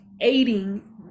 aiding